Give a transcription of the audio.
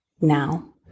now